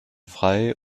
frei